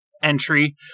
entry